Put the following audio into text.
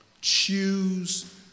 Choose